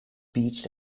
beached